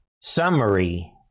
summary